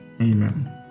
Amen